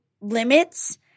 limits